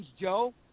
Joe